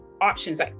options